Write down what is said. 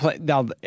now